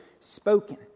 spoken